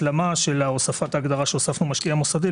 זאת השלמה של הוספת ההגדרה שהוספנו משקיע מוסדי.